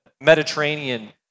Mediterranean